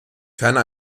ferner